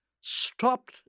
stopped